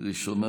(יש עתיד):